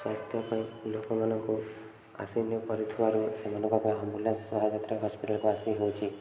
ସ୍ୱାସ୍ଥ୍ୟ ପାଇଁ ଲୋକମାନଙ୍କୁ ଆସି ନ ପାରୁଥିବାରୁ ସେମାନଙ୍କ ପାଇଁ ଆମ୍ବୁଲାନ୍ସ ସହାଯାତ୍ରା ହସ୍ପିଟାଲକୁ ଆସି ହେଉଛି